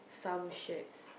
some shirts